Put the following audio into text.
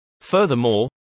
Furthermore